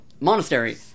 monastery